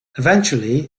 eventually